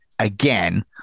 again